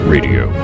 Radio